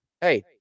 hey